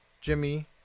Jimmy